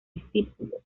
discípulos